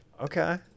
Okay